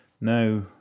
now